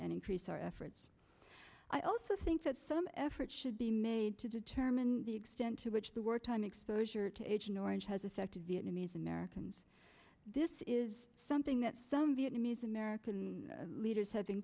increase our efforts i also think that some effort should be made to determine the extent to which the war time exposure to agent orange has affected vietnamese americans this is something that some vietnamese american leaders h